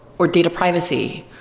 or data privacy,